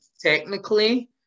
technically